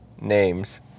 names